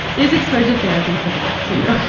there's exposure therapy for that, too.